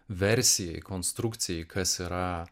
versijai konstrukcijai kas yra